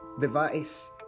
device